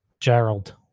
Gerald